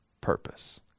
purpose